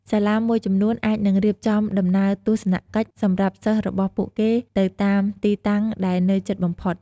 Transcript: សាលាមួយចំនួនអាចនឹងរៀបចំដំណើរទស្សនកិច្ចសម្រាប់សិស្សរបស់ពួកគេទៅតាមទីតាំងដែលនៅជិតបំផុត។